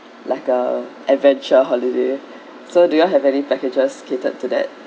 like a adventure holiday so do you have any packages catered to that